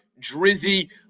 Drizzy